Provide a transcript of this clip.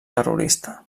terrorista